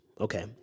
Okay